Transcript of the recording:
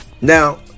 Now